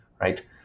right